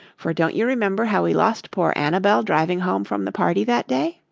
for don't you remember how we lost poor annabel driving home from the party that day?